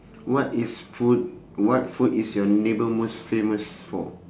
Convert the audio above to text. what is food what food is your neighbour famous for